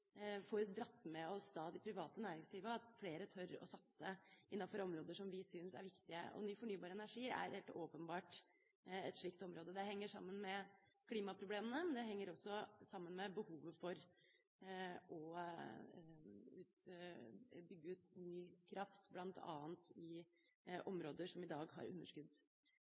får dratt med oss det private næringslivet, slik at flere tør å satse innenfor områder som vi syns er viktige. Ny fornybar energi er helt åpenbart et slikt område. Det henger sammen med klimaproblemene, men det henger også sammen med behovet for å bygge ut ny kraft, bl.a. i områder som i dag har underskudd.